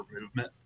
movement